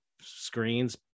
screens